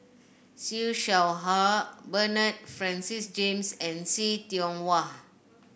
Siew Shaw Her Bernard Francis James and See Tiong Wah